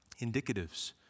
indicatives